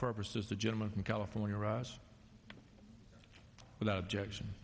purposes the gentleman from california us without objection